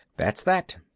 that's that.